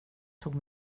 tog